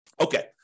Okay